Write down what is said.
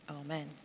amen